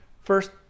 First